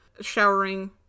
Showering